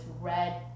red